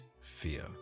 fear